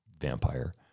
vampire